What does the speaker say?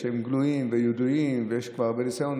שהם גלויים וידועים ויש כבר הרבה ניסיון,